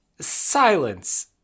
Silence